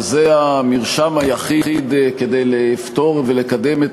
וזה המרשם היחיד כדי לפתור ולקדם את